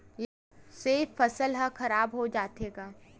से फसल ह खराब हो जाथे का?